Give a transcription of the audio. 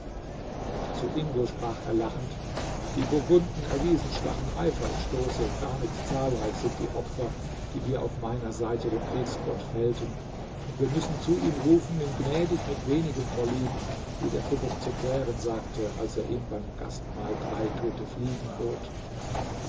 und zu ingo sprach er lachend die burgunden erwiesen schwachen eifer im stoße gar nicht zahlreich sind die opfer die wir auf meiner seite dem kriegsgott fällten und wir müssen zu ihm rufen nimm gnädig mit wenigem vorlieb wie der kuckuck zum bären sagte als er ihm beim gastmahl drei tote fliegen bot